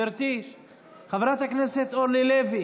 אוריאל בוסו,